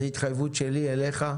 זאת התחייבות שלי לך,